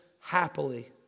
happily